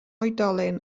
oedolyn